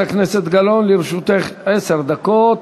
חברת הכנסת גלאון, לרשותך עשר דקות.